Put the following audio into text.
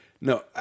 No